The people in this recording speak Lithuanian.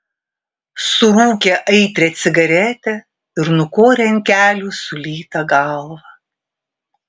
surūkė aitrią cigaretę ir nukorė ant kelių sulytą galvą